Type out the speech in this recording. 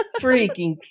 freaking